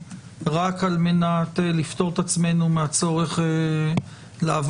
רק על מנת לפטור את עצמנו מהצורך לעבור